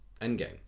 Endgame